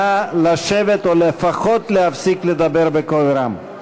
נא לשבת או לפחות להפסיק לדבר בקול רם,